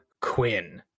Quinn